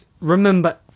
remember